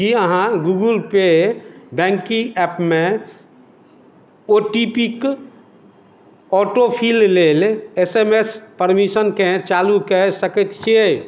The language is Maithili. की अहाँ गूगूल पे बैंकिंग एपमे ओ टी पी क ऑटोफिल लेल एस एम एस परमीशनकेँ चालू कए सकैत छियै